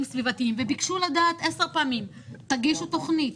סביבתיים." ביקשו עשר פעמים לדעת: תגישו תוכנית,